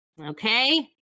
Okay